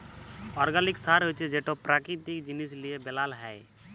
organic সার হছে যেট পেরাকিতিক জিনিস লিঁয়ে বেলাল হ্যয়